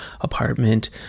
apartment